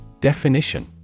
Definition